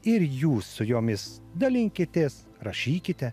ir jūs su jomis dalinkitės rašykite